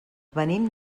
venim